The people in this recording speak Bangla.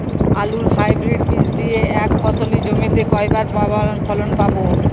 আলুর হাইব্রিড বীজ দিয়ে এক ফসলী জমিতে কয়বার ফলন পাব?